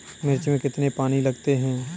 मिर्च में कितने पानी लगते हैं?